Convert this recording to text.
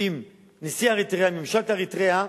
עם נשיא אריתריאה, עם ממשלת אריתריאה,